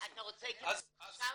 אתה רוצה התייחסות עכשיו?